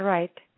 Right